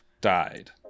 died